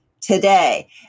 today